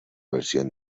versión